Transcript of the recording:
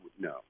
no